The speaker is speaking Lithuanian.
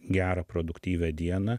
gerą produktyvią dieną